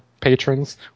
patrons